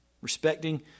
Respecting